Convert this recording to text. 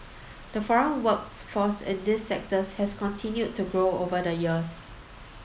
the foreign workforce in these sectors has continued to grow over the years